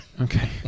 Okay